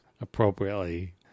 appropriately